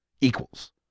equals